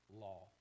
law